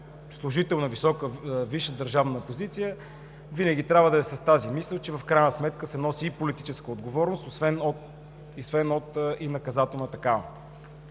служител на висша държавна позиция винаги трябва да е с тази смисъл, че в крайна сметка се носи и политическа отговорност, освен и наказателна такава.